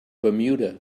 bermuda